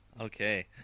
Okay